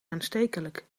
aanstekelijk